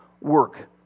work